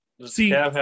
See